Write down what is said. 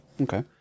Okay